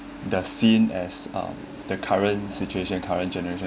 the scene as um the current situation current generation